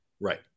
Right